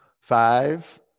Five